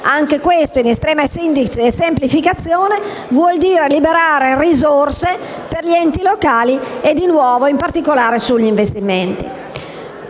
Anche questo, in estrema sintesi e semplificazione, vuol dire liberare risorse per gli enti locali e di nuovo in particolare sugli investimenti.